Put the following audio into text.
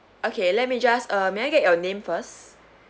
okay let me just uh may I get your name first